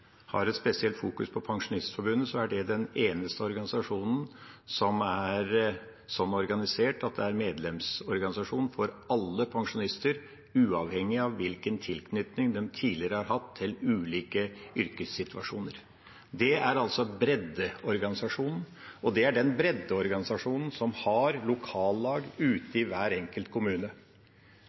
har et spesielt fokus på Pensjonistforbundet, er det fordi det er den eneste organisasjonen som er organisert sånn at det er en medlemsorganisasjon for alle pensjonister, uavhengig av hvilken tilknytning de tidligere har hatt til ulike yrkessituasjoner. Det er altså breddeorganisasjonen, og det er den breddeorganisasjonen som har lokallag ute i hver enkelt kommune.